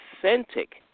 authentic